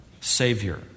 Savior